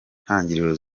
ntangiriro